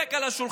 דופק על השולחן,